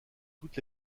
toutes